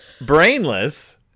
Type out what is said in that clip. Brainless